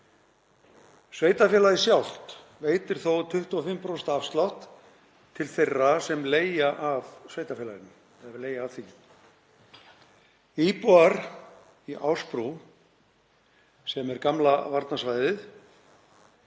Sveitarfélagið sjálft veitir þó 25% afslátt til þeirra sem leigja af því. Íbúar á Ásbrú“ — sem er gamla varnarsvæðið